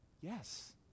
Yes